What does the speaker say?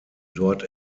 dort